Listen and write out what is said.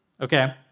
Okay